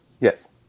Yes